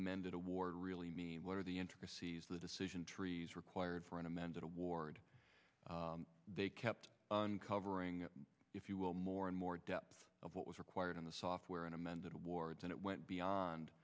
amended award really mean what are the intricacies of the decision trees wired for an amended award they kept on covering if you will more and more depth of what was required in the software and amended awards and it went